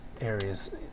areas